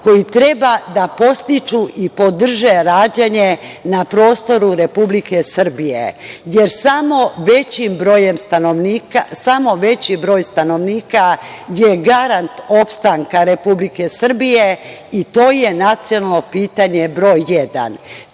koje treba da podstiču i podrže rađanje na prostoru Republike Srbije, jer samo veći broj stanovnika je garant opstanka Republike Srbije i to je nacionalno pitanje broj